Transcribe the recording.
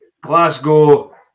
Glasgow